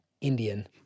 Indian